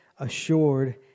assured